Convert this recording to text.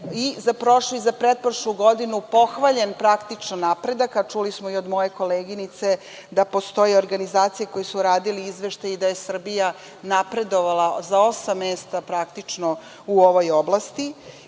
i za prošlu i za pretprošlu godinu pohvaljen, praktično, napredak, čuli smo i od moje koleginice, da postoje organizacije koje su radile izveštaj, i da je Srbija napredovala za osam mesta u ovoj oblasti. Kada